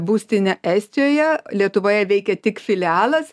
būstinę estijoje lietuvoje veikia tik filialas